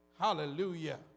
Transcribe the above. Hallelujah